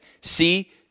See